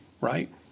right